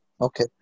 Okay